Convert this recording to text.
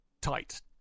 tight